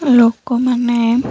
ଲୋକମାନେ